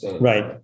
Right